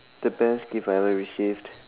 the best gift I ever received